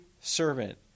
servant